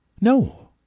No